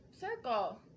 circle